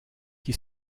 qui